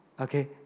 Okay